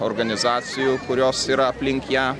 organizacijų kurios yra aplink ją